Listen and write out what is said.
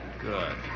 Good